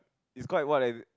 it's quite what eh